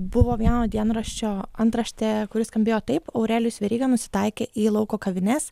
buvo vieno dienraščio antraštė kuri skambėjo taip aurelijus veryga nusitaikė į lauko kavines